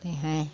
ते हैं